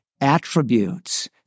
attributes